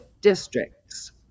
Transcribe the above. districts